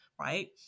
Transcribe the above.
Right